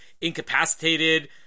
incapacitated